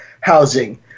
housing